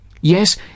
Yes